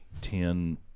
ten